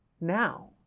now